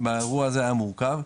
באירוע הזה היה מורכב,